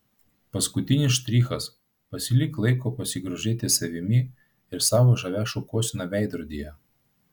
paskutinis štrichas pasilik laiko pasigrožėti savimi ir savo žavia šukuosena veidrodyje